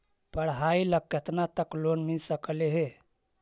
पढाई ल केतना तक लोन मिल सकले हे?